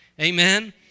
amen